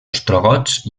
ostrogots